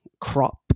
crop